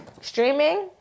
Streaming